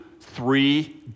three